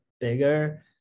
bigger